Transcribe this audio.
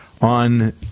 on